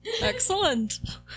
excellent